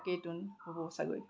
তাকেইতোন হ'ব চাগৈ